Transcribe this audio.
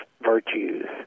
virtues